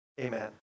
Amen